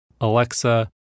Alexa